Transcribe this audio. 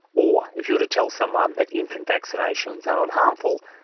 or if you were to tell someone that infant vaccinations aren't harmful,